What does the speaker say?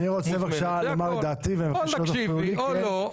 או תקשיבי או לא.